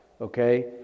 okay